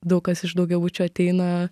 daug kas iš daugiabučių ateina